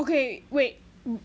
okay wait